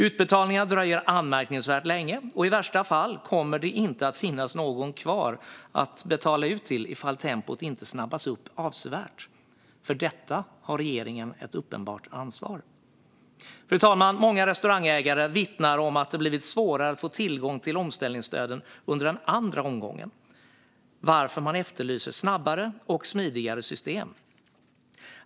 Utbetalningar dröjer anmärkningsvärt länge, och i värsta fall kommer det inte att finnas någon kvar att betala ut till ifall tempot inte snabbas upp avsevärt. För detta har regeringen ett uppenbart ansvar. Fru talman! Många restaurangägare vittnar om att det blivit svårare att få tillgång till omställningsstöden under den andra omgången, varför man efterlyser snabbare och smidigare system.